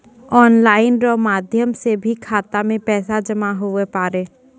online रो माध्यम से भी खाता मे पैसा जमा हुवै पारै